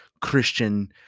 Christian